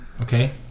Okay